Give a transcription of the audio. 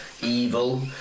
evil